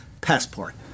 passport